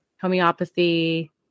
homeopathy